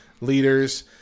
leaders